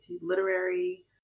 Literary